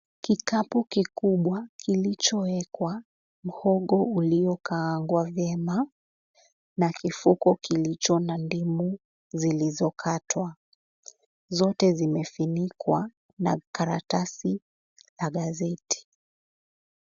Kikapu kikubwa kilichowekwa, mhogo uliokaangwa vyema na kifuko kilicho na ndimu zilizokatwa zote zimefunikwa na karatasi la gazeti.